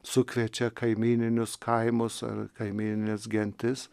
sukviečia kaimyninius kaimus ar kaimynines gentis